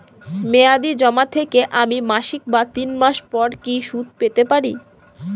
মেয়াদী জমা থেকে আমি মাসিক বা তিন মাস পর কি সুদ পেতে পারি?